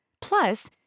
Plus